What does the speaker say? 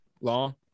long